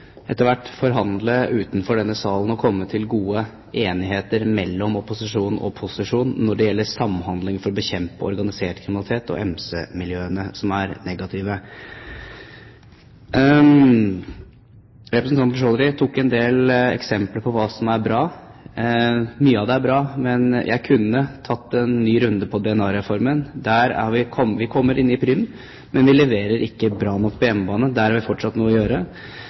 etter hvert kan forhandle utenfor denne salen og komme til en god enighet mellom opposisjon og posisjon når det gjelder samhandling for å bekjempe organisert kriminalitet og MC-miljøene, som er negative. Representanten Chaudhry nevnte en del eksempler på hva som er bra. Mye av det er bra, men jeg kunne tatt en ny runde på DNA-reformen. Vi kommer inn i Prüm, men vi leverer ikke bra nok på hjemmebane. Der har vi fortsatt noe å gjøre